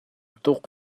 tuk